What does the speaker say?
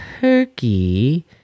turkey